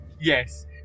Yes